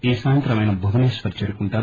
ఈ సాయంత్రం ఆయన భువనేశ్వర్ చేరుకుంటారు